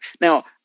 now